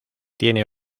tiene